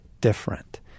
different